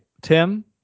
Tim